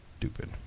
stupid